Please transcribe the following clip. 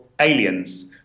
aliens